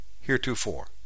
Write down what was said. heretofore